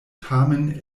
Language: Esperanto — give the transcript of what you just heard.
tamen